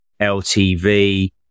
LTV